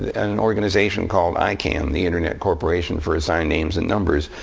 an organization called icann, the internet corporation for assigned names and numbers,